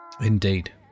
Indeed